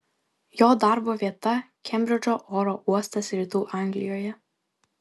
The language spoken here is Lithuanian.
jo darbo vieta kembridžo oro uostas rytų anglijoje